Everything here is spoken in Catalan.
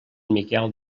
miquel